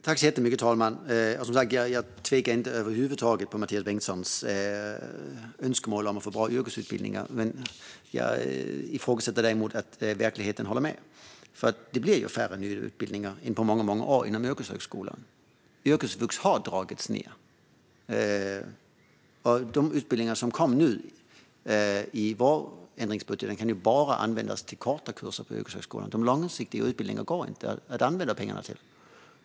Herr talman! Som sagt tvivlar jag över huvud taget inte på Mathias Bengtssons önskemål om att få bra yrkesutbildningar. Jag ifrågasätter däremot att verkligheten håller med. Det blir ju färre nya utbildningar än på många år inom yrkeshögskolan, och yrkesvux har dragits ned. De pengar som kom nu i vårändringsbudgeten kan bara användas till korta kurser på yrkeshögskolan. De långsiktiga utbildningarna går pengarna inte att använda till.